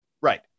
Right